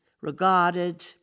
regarded